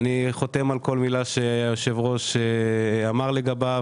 אני חותם על כל מילה שהיושב-ראש אמר לגביו.